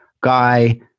guy